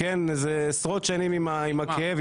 עשרות שנים עם הכאב,